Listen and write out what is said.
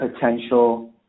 potential